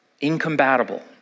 incompatible